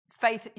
Faith